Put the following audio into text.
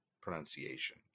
pronunciation